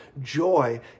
Joy